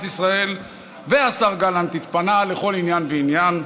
ישראל והשר גלנט התפנה לכל עניין ועניין.